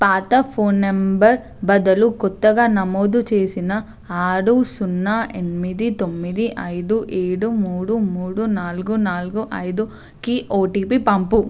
పాత phone number బదులు కొత్తగా నమోదు చేసిన ఆరు సున్నా ఎనిమిది తొమ్మిది ఐదు ఏడు మూడు మూడు నాలుగు నాలుగు ఐదుకి ఓటిపీ పంపు